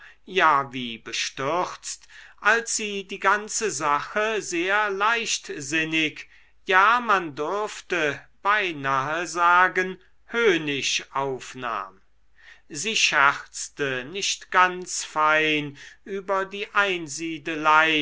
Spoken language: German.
ja wie bestürzt als sie die ganze sache sehr leichtsinnig ja man dürfte beinahe sagen höhnisch aufnahm sie scherzte nicht ganz fein über die einsiedelei